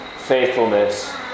faithfulness